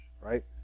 right